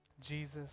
Jesus